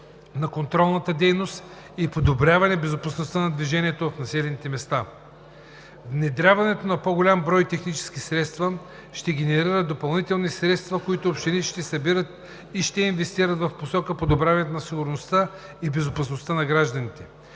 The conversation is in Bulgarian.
на контролната дейност и подобряване безопасността на движението в населените места. Внедряването на по-голям брой технически средства ще генерира допълнителни средства, които общините ще събират и ще инвестират в насока подобряване на сигурността и безопасността на гражданите.